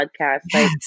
podcast